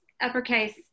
uppercase